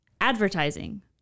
advertising